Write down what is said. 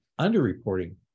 underreporting